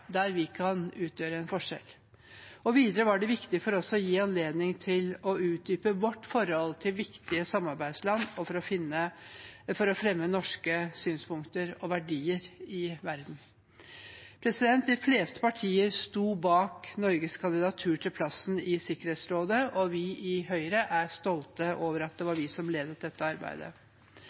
der vi kan utgjøre en forskjell. Videre var det viktig for å gi oss anledning til å utdype vårt forhold til viktige samarbeidsland og for å fremme norske synspunkter og verdier i verden. De fleste partier sto bak Norges kandidatur til plassen i Sikkerhetsrådet, og vi i Høyre er stolte over at det var vi som ledet dette arbeidet.